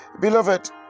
Beloved